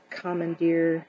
commandeer